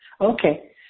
Okay